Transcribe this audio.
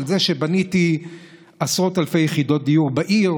על זה שבניתי עשרות אלפי יחידות דיור בעיר,